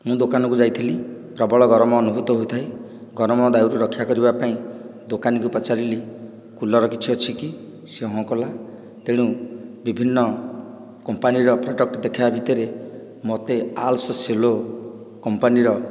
ମୁଁ ଦୋକାନକୁ ଯାଇଥିଲି ପ୍ରବଳ ଗରମ ଅନୁଭୂତ ହେଉଥାଏ ଗରମ ଦାଉରୁ ରକ୍ଷା କରିବାପାଇଁ ଦୋକାନୀକି ପଚାରିଲି କୁଲର୍ କିଛି ଅଛି କି ସିଏ ହଁ କଲା ତେଣୁ ବିଭିନ୍ନ କମ୍ପାନୀର ପ୍ରଡ଼କ୍ଟ ଦେଖାଇବା ଭିତରେ ମୋତେ ଆରସେସିଲୋ କମ୍ପାନୀର